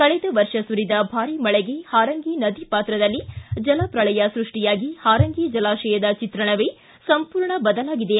ಕಳೆದ ವರ್ಷ ಸುರಿದ ಭಾರೀ ಮಳೆಗೆ ಹಾರಂಗಿ ನದಿ ಪಾತ್ರದಲ್ಲಿ ಜಲ ಪ್ರಳಯ ಸೃಷ್ಟಿಯಾಗಿ ಹಾರಂಗಿ ಜಲಾಶಯದ ಚಿತ್ರಣವೇ ಸಂಪೂರ್ಣ ಬದಲಾಗಿದೆ